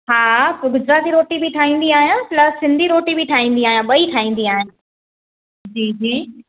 हा पोइ गुजराती रोटी बि ठाहींदी आहियां प्लस सिंधी रोटी बि ठाहींदी आहियां ॿई ठाहींदी आहियां जी जी